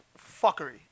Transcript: fuckery